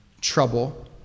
trouble